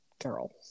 girl